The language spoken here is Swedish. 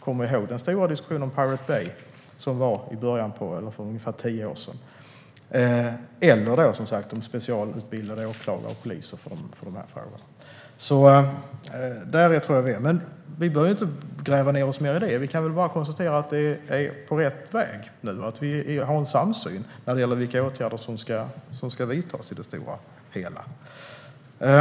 Kom ihåg den stora diskussionen om Pirate Bay för ungefär tio år sedan eller den om specialutbildade åklagare och poliser för de här frågorna! Vi behöver inte gräva ned oss mer i det. Vi kan bara konstatera att det nu är på rätt väg. Vi har en samsyn när det gäller vilka åtgärder som ska vidtas i det stora hela.